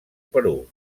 perú